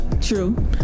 True